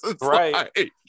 Right